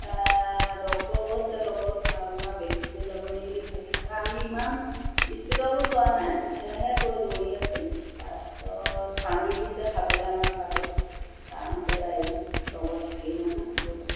doctor গৈছে লগত কাৰণ বা বেহুচ হৈ যাব নি বুলি ভাবি তাৰপৰা আমি ইমান স্পীডতো যোৱা নাই লাহে লাহে গৈ দৌৰি আছোঁ তাৰপিছত পানী দিছে খাবলৈ আমাক বাটত ছাৰহঁতে বাইদেউহঁতৰ লগত থাকেই নহয় গৈছে